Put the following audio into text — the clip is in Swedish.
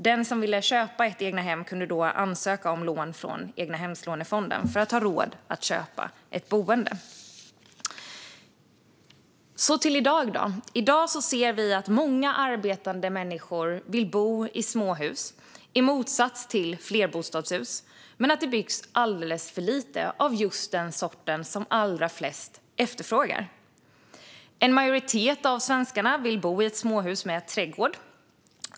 Den som ville köpa ett egnahem kunde då ansöka om lån från egnahemslånefonden för att ha råd att köpa ett boende. Så till i dag. I dag ser vi att många arbetande människor vill bo i småhus, i motsats till flerbostadshus, men att det byggs alldeles för lite av den sorts boende som allra flest efterfrågar. En majoritet av svenskarna vill bo i ett småhus med trädgård.